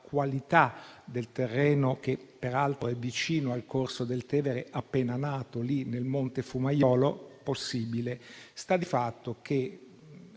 qualità del terreno, che peraltro è vicino al corso del Tevere appena nato dal monte Fumaiolo? Possibile. Sta di fatto che